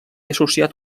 associat